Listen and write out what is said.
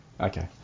Okay